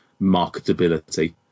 marketability